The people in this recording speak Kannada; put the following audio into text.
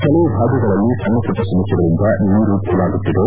ಕೆಲವು ಭಾಗಗಳಲ್ಲಿ ಸಣ್ಣ ಪುಟ್ಟ ಸಮಸ್ಥೆಗಳಿಂದ ನೀರು ಪೋಲಾಗುತ್ತಿದೆ